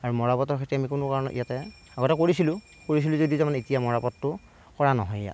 আৰু মৰাপাটৰ খেতি আমি কোনো কাৰণতে ইয়াতে আগতে কৰিছিলোঁ কৰিছিলোঁ যদিও তাৰ মানে এতিয়া মৰাপাটটো কৰা নহয়ে ইয়াত